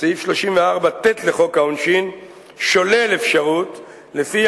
סעיף 34ט לחוק העונשין שולל אפשרות שלפיה